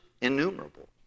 innumerable